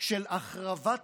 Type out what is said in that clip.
של החרבת